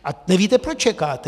A nevíte, proč čekáte.